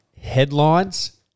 Headlines